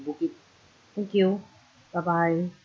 booked it thank you bye bye